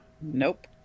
Nope